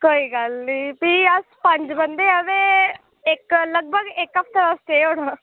कोई गल्ल नी फ्ही अस पंज बंदे आं ते इक लगभग इक हफ्ते दा स्टे होना